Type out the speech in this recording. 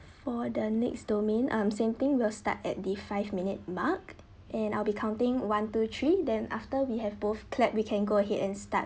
for the next domain um same thing we'll start at the five minute mark and I'll be counting one two three then after we have both clapped we can go ahead and start